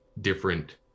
different